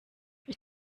ich